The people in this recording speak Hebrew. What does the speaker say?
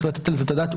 צריך לתת על זה את הדעת.